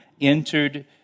entered